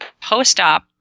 post-op